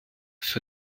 für